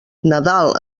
nadal